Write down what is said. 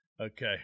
Okay